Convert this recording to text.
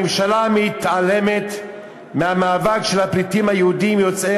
הממשלה מתעלמת מהמאבק של הפליטים היהודים יוצאי